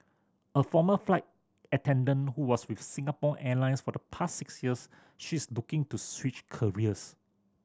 a former flight attendant who was with Singapore Airlines for the past six years she is looking to switch careers